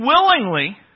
willingly